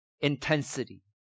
intensity